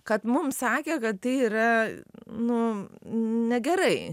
kad mums sakė kad tai yra nu negerai